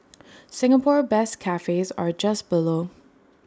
Singapore best cafes are just below